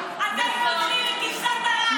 מי את שתטיפי לנו?